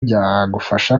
byagufasha